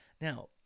Now